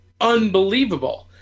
unbelievable